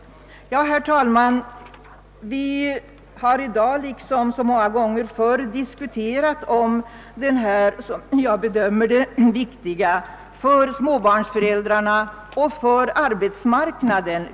Vi har i dag, herr talman, liksom så många gånger förr diskuterat denna fråga, som jag bedömer viktig för småbarnsföräldrarna och för arbetsmarknaden.